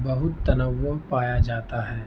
بہت تنوع پایا جاتا ہے